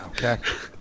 Okay